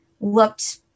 looked